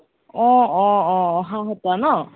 অ' অ' অ' অহা সপ্তাহ ন